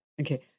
Okay